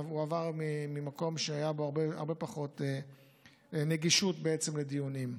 הוא עבר ממקום שהייתה בו הרבה פחות נגישות לדיונים.